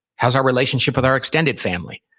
how's our relationship with our extended family?